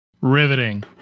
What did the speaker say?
Riveting